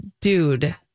dude